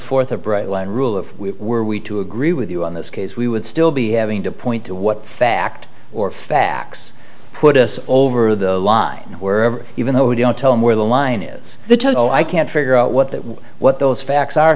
forth a bright line rule of we were we to agree with you on this case we would still be having to point to what fact or facts put us over the line wherever even though we don't tell them where the line is the toto i can't figure out what that was what those facts are